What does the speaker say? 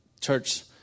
church